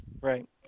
Right